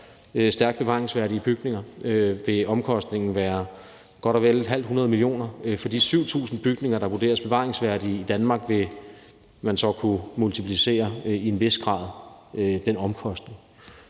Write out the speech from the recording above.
stærkt bevaringsværdige bygninger, vil omkostningen være godt og vel 50 mio. kr. For de 7.000 bygninger, der vurderes bevaringsværdige i Danmark, vil man så kunne multiplicere den omkostning